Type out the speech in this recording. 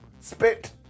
spit